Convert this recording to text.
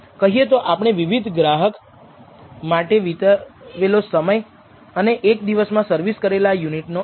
કહીએ તો તેમણે વિવિધ ગ્રાહક માટે વિતાવેલો સમય અને એક દિવસમાં સર્વિસ કરેલા યુનિટ નો અંક